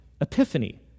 epiphany